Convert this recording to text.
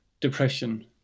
depression